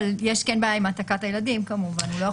אבל יש בעיה עם העתקת הילדים כמובן.